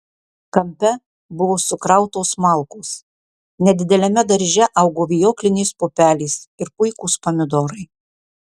kampe buvo sukrautos malkos nedideliame darže augo vijoklinės pupelės ir puikūs pomidorai